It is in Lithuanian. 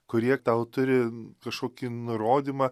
kurie tau turi kaškokį nurodymą